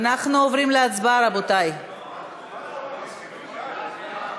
זו האחריות שלנו להבטיח שתמשיך להיות כאן דמוקרטיה ישראלית,